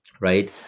right